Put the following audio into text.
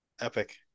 Epic